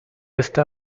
esta